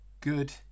Good